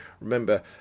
remember